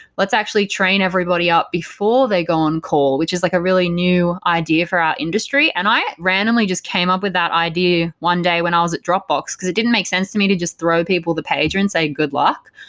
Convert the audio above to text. let's actually train everybody up before they go on-call, which is like a really new idea for our industry. and i randomly just came up with that idea one day when i was at dropbox, because it didn't make sense to me to just throw people the pager and say, good luck.